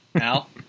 Al